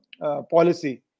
policy